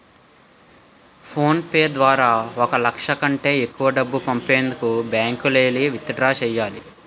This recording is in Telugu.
ఫోన్ పే ద్వారా ఒక లచ్చ కంటే ఎక్కువ డబ్బు పంపనేము బ్యాంకుకెల్లి విత్ డ్రా సెయ్యాల